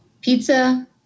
Pizza